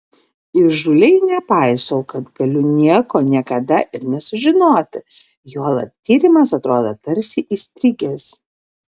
įžūliai nepaisau kad galiu nieko niekada ir nesužinoti juolab tyrimas atrodo tarsi įstrigęs